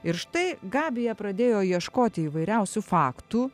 ir štai gabija pradėjo ieškoti įvairiausių faktų